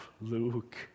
Luke